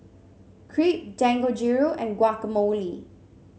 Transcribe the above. Crepe Dangojiru and Guacamole